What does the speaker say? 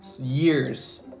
years